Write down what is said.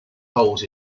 holes